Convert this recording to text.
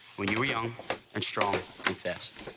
when you were young and strong and fast,